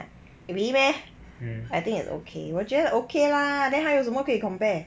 really meh I think it's okay 我觉得 okay lah then 还有什么可以 compare